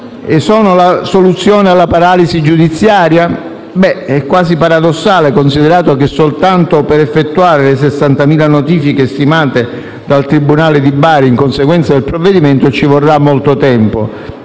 la soluzione alla paralisi giudiziaria? È quasi paradossale, considerato che soltanto per effettuare le 60.000 notifiche stimate dal tribunale di Bari in conseguenza al provvedimento ci vorranno molto tempo,